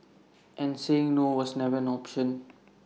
and saying no was never an option